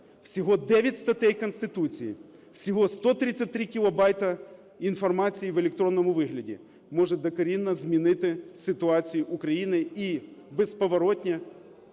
всього 9 статей Конституції, всього 133 кілобайти інформації в електронному вигляді може докорінно змінити ситуацію України і безповоротно